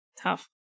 tough